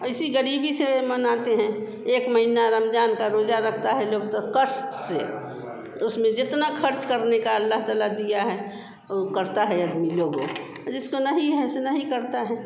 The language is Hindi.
और इसी ग़रीबी से मनाते हैं एक महीना रमज़ान का रोज़ा रखता है लोग तो कष्ट से उसमें जितना ख़र्च करने का अल्लाह तआला दिया है वो करता है अदमी लोगों जिसको नहीं है ऐसे नहीं करते हैं